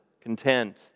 content